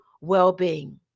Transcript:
well-being